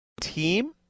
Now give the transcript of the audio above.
team